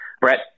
Brett